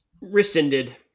Rescinded